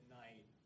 night